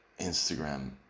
Instagram